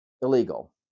illegal